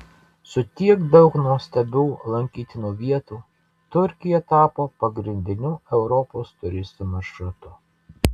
su tiek daug nuostabių lankytinų vietų turkija tapo pagrindiniu europos turistų maršrutu